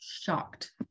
shocked